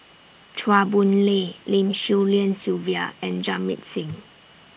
Chua Boon Lay Lim Swee Lian Sylvia and Jamit Singh